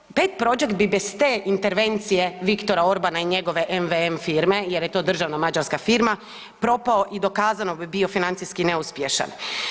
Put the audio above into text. Pet Project, Pet Project bi bez te intervencije Viktora Orbana i njegove MVM firme jer je to državna mađarska firma propao i dokazano bi bio financijski neuspješan.